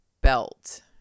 belt